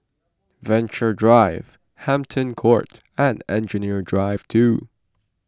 Venture Drive Hampton Court and Engineering Drive two